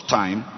time